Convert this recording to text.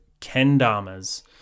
Kendama's